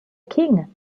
king